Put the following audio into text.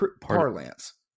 parlance